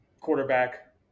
quarterback